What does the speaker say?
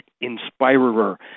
inspirer